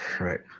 Right